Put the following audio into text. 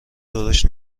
درشت